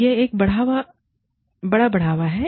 यह एक बड़ा बढ़ावा है